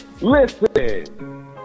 Listen